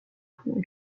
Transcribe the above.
fonds